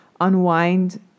unwind